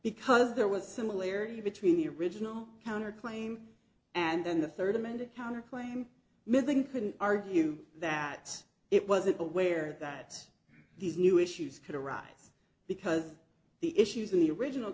because there was a similarity between the original counter claim and then the third amended counterclaim missing can argue that it wasn't aware that these new issues could arise because the issues in the original